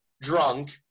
drunk